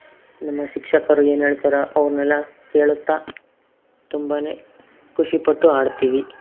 ನಮ್ಮ ಶಿಕ್ಷಕರು ಏನು ಹೇಳ್ತಾರೊ ಅವನ್ನೆಲ್ಲ ಕೇಳುತ್ತಾ ತುಂಬಾ ಖುಷಿಪಟ್ಟು ಆಡ್ತೀವಿ